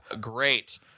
Great